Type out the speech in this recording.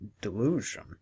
delusion